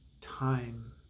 time